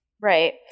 Right